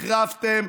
החרבתם,